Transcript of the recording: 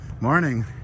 Morning